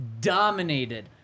dominated